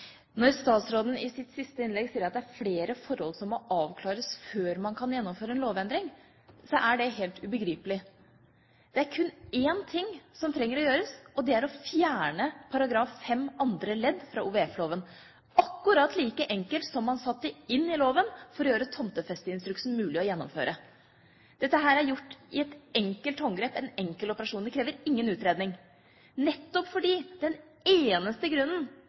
Når statsråden i sitt siste innlegg sier at det er flere forhold som må avklares før man kan gjennomføre en lovendring, så er det helt ubegripelig. Det er kun én ting som trenger å gjøres, og det er å fjerne § 5 andre ledd i loven om Opplysningsvesenets fond. Det er akkurat like enkelt som det var å sette inn i loven det leddet som gjør tomtefesteinstruksen mulig å gjennomføre. Dette er gjort med et enkelt håndgrep, det er en enkel operasjon. Det krever ingen utreding, nettopp fordi den eneste grunnen